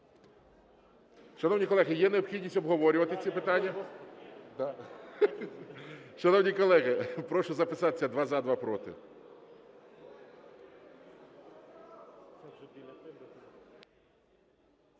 Шановні колеги, є необхідність обговорювати ці питання? Шановні колеги, прошу записатися: два – за, два – проти.